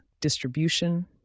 distribution